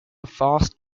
fast